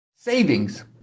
savings